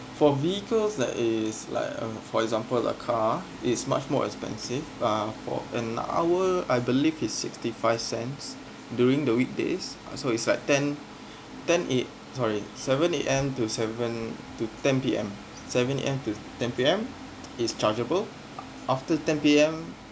for vehicles that is like uh for example a car it's much more expensive uh for an hour I believe is sixty five cents during the weekdays uh so is like ten ten A~ sorry seven A_M to seven to ten P_M seven A_M to ten P_M it's chargeable after ten P_M